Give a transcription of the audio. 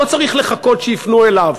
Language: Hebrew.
הוא לא צריך לחכות שיפנו אליו,